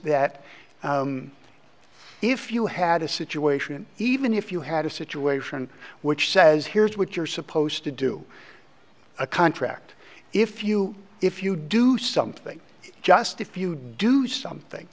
that if you had a situation even if you had a situation which says here's what you're supposed to do a contract if you if you do something just if you do something